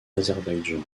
azerbaïdjan